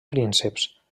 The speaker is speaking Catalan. prínceps